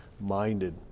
minded